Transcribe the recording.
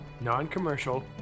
non-commercial